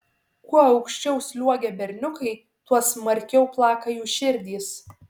kuo aukščiau sliuogia berniukai tuo smarkiau plaka jų širdys